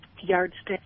yardstick